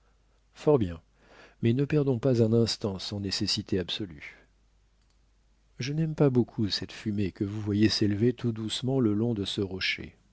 fort bien mais ne perdons pas un instant sans nécessité absolue je n'aime pas beaucoup cette fumée que vous voyez s'élever tout doucement le long de ce rocher